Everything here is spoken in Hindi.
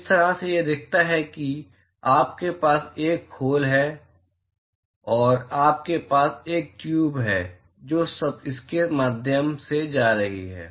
जिस तरह से यह दिखता है कि आपके पास एक खोल है और आपके पास एक ट्यूब है जो इसके माध्यम से जा रही है